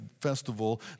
festival